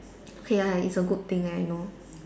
okay ah it's a good thing that I know